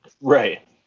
Right